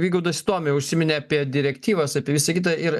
vygaudas įdomiai užsiminė apie direktyvas apie visa kita ir